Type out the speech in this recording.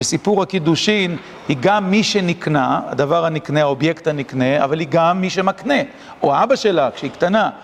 בסיפור הקידושין היא גם מי שנקנה, הדבר הנקנה, האובייקט הנקנה, אבל היא גם מי שמקנה, או אבא שלה כשהיא קטנה.